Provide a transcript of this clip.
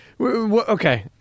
Okay